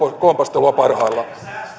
kompastelua parhaillaan